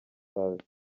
save